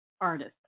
artist